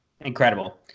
Incredible